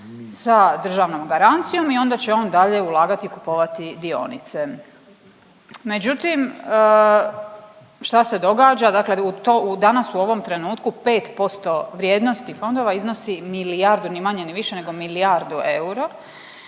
sa državnom garancijom i onda će on dalje ulagati i kupovati dionice. Međutim, šta se događa? Danas u ovom trenutku 5% vrijednosti fondova iznosi milijardu, ni manje, ni više nego milijardu eura